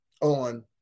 on